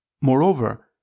Moreover